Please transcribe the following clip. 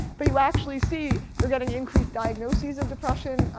but you actually see they're getting increased diagnoses of depression,